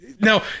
Now